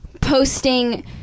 posting